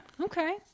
Okay